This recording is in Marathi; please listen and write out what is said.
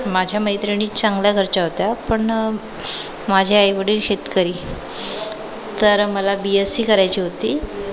माझ्या मैत्रिणी चांगल्या घरच्या होत्या पण माझे आई वडील शेतकरी तर मला बी एस सी करायची होती